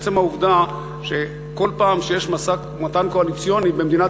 עצם העובדה שכל פעם שיש משא-ומתן קואליציוני במדינת